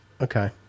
Okay